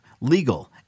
legal